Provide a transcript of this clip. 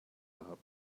lap